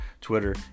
Twitter